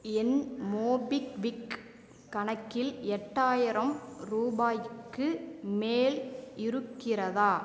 என் MobiKwik கணக்கில் எட்டாயிரம் ரூபாய்க்கு மேல் இருக்கிறதா